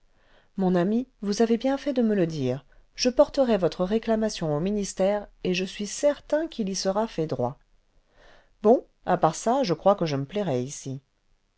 mon ami vous avez bien fait de me le dire je porterai votre réclamation au ministère et je suis certain qu'il y sera fait droit bon à part ça je crois que je me plairai ici